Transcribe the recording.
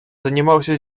занимался